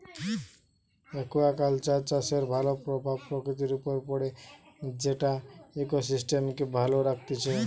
aquaculture চাষের ভাল প্রভাব প্রকৃতির উপর পড়ে যেটা ইকোসিস্টেমকে ভালো রাখতিছে